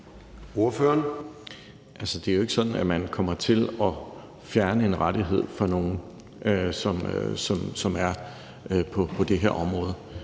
(S): Det er jo ikke sådan, at man kommer til at fjerne en rettighed for nogen, som er på det område.